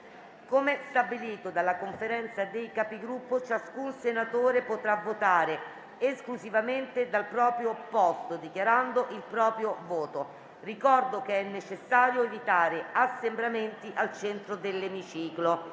Come stabilito dalla Conferenza dei Capigruppo, ciascun senatore voterà dal proprio posto, dichiarando il proprio voto. Ricordo che è necessario evitare assembramenti al centro dell'emiciclo.